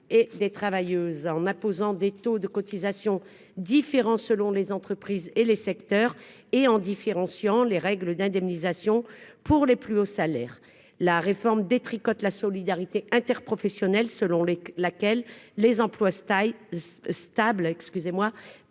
et des travailleuses en imposant des taux de cotisation différent selon les entreprises et les secteurs et en différenciant les règles d'indemnisation pour les plus hauts salaires la réforme détricote la solidarité interprofessionnelle selon les laquelle les employes se